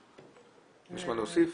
יש מה להוסיף?